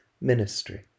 ministry